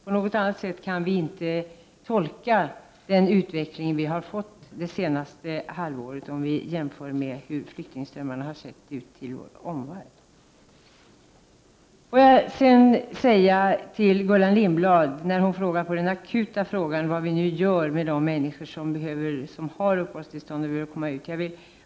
På något annat sätt kan man inte tolka den utveckling som har skett under det senaste halvåret, om man jämför hur flyktingströmmarna i vår omvärld har sett ut. Gullan Lindblad frågade vad regeringen nu gör för de människor som har uppehållstillstånd och skall vidare ut i samhället.